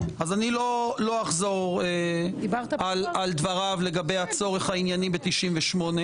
אני לא אחזור על דבריו לגבי הצורך הענייני ב-98.